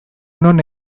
non